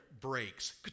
breaks